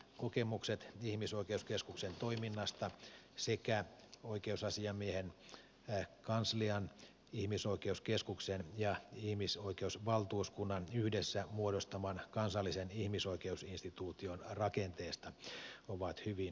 kokemukset ihmisoikeuskeskuksen toiminnasta sekä oikeusasiamiehen kanslian ihmisoikeuskeskuksen ja ihmisoikeusvaltuuskunnan yhdessä muodostaman kansallisen ihmisoikeusinstituution rakenteesta ovat hyvin myönteisiä